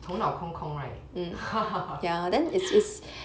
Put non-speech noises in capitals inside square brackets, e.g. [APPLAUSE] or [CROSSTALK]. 头脑空空 right [LAUGHS]